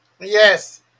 Yes